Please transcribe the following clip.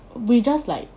we just like